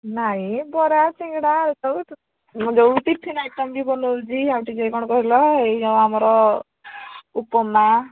ନାଇଁ ବରା ସିଙ୍ଗଡ଼ା ଏ ସବୁ ଯେଉଁ ଟିଫନ୍ ଆଇଟମ୍ ବି ବନଉଛି ଆଉ ଟିକେ କ'ଣ କହିଲ ଏଇ ଯେଉଁ ଆମର ଉପମା